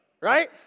Right